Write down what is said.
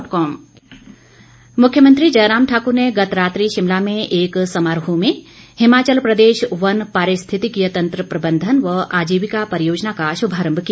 मुख्यमंत्री मुख्यमंत्री जयराम ठाकुर ने गत रात्रि शिमला में एक समारोह में हिमाचल प्रदेश वन पारिस्थितिकीय तंत्र प्रबंधन व आजीविका परियोजना का शुभारम्म किया